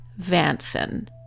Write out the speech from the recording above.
Vanson